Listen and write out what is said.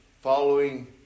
following